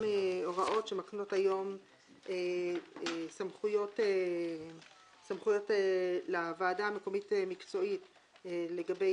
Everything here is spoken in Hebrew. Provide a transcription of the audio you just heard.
הוראות שמקנות היום סמכויות לוועדה המקומית-מקצועית לגבי